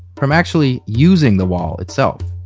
from actually using the wall itself.